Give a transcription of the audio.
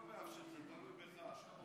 זה תלוי בך.